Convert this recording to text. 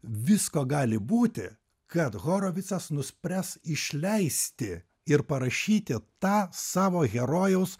visko gali būti kad horovicas nuspręs išleisti ir parašyti tą savo herojaus